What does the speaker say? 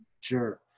Sure